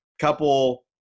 couple